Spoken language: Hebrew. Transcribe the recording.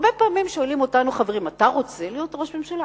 הרבה פעמים שואלים אותנו חברים: אתה רוצה להיות ראש ממשלה?